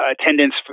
Attendance